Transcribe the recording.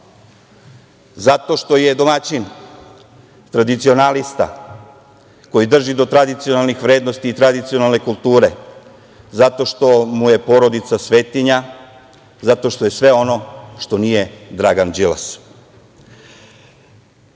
Zato što je domaćin, tradicionalista koji drži do tradicionalnih vrednosti i tradicionalne kulture, zato što mu je porodica svetinja, zato što je sve ono što nije Dragan